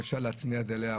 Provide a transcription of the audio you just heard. בעניין המיעוטים,